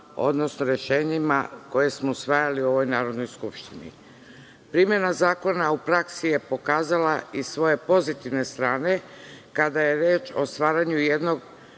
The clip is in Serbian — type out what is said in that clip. odnosno rešenjima koje smo usvajali u ovoj Narodnoj skupštini. Primena zakona u praksi je pokazala i svoje pozitivne strane kada je reč o stvaranju jednog